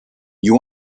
you